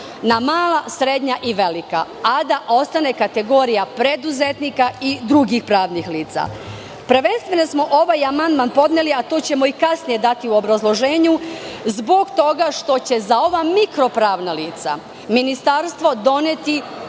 na mala, srednja i velika, a da ostane kategorija preduzetnika i drugih pravnih lica. Prvenstveno smo ovaj amandman podneli, a to ćemo i kasnije dati u obrazloženju, zbog toga što će za ova mikro pravna lica Ministarstvo doneti